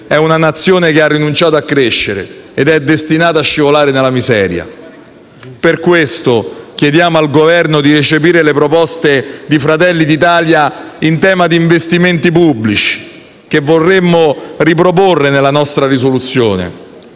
è una Nazione che ha rinunciato a crescere ed è destinata a scivolare nella miseria. Per questo chiediamo al Governo di recepire le proposte di Fratelli d'Italia in tema di investimenti pubblici, che vorremo riproporre nella nostra risoluzione.